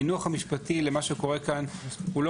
המינוח המשפטי למה שקורה כאן הוא לא